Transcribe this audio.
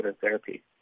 therapy